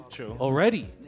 Already